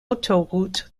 autoroutes